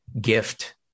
gift